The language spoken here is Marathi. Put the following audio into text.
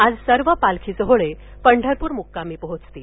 आज सर्व पालखी सोहळे पंढरपूर म्क्कामी पोहोचतील